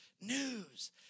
news